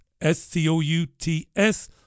S-C-O-U-T-S